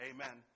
Amen